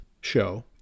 show